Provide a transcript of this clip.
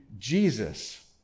jesus